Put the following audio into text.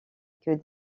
que